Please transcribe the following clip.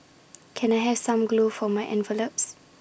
can I have some glue for my envelopes